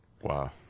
Wow